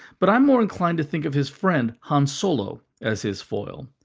but i'm more inclined to think of his friend, han solo, as his foil.